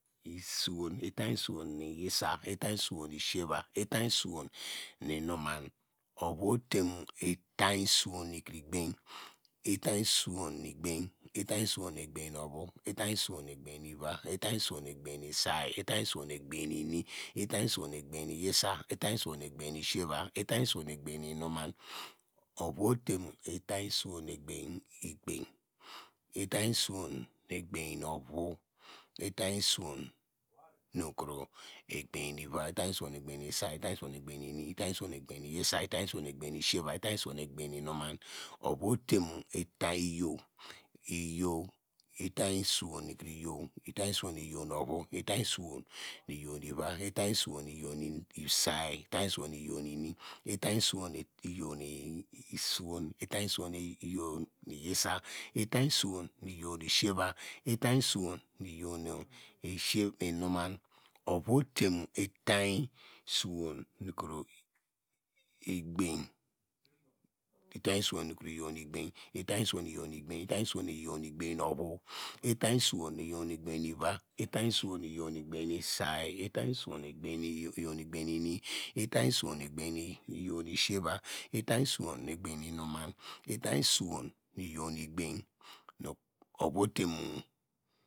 Suwon itany suwon nu yisa itany suwon nu siyeva itany suwon nu inuman ovu ote mu itany suwon nu kro legbany, itany suwon nu egbany, itany suwon nu egbany nu uvo, itany suwon nu egbany nu ivi itany suwon egbany nu saiy, itany suwon nu egbany egbany nu suwon, itany suwon nu suwon, itany suwon nu egbany nu yisa itany suwon nu egbany nu siyeva, itany suwon, nu egbany nu inuman, ovu ote mu itany suwon nu egbany nu ovu, itany nu egbany nu ivi, itany suwon nu egbany nu say, itany suwon, nu egbany nu ini, itany suwon nu egbany nu suwon, itany suwon nu egbany nu yisa, itany suwon nu egbany nu siyeva itany suwon nu egbany nu inumani, ovu ote mu itany iyow, iyow, itany suwon nu kro iyow, itany suwon nu iyow nu ovu, itany suwon nu iyow nu ivi, itany suwon nu iyow nu sioy, itany suwon nu iyow nu ini, itany suwon nu iyhow nu sduwon, itany suwon nu iyow nu yisa, itany suwon nu iyow nu sieva, itany suwon nu iyow nu inuman ovu ote mu itany suwon nu kro egbany, itany suwon nu kro iyow nu egbany nu ovu itany suwon nukro iyow nu egbany nu ivi, itany suwon nu kro iyow nu egbany nu sioy, itany suwon nu kro iyow nu egbany nu ini, itany suwon nukro iyow nu egbany nu suwon nukro iyow nu egbany nu, itany suwon nukro iyow nu egbany visa, itan suwon nukro iyowo nuko egbany nu siyeva itanyj suwon nukro egbany nu inuman, itany suwon nu iyow nu egbany, ova ote mu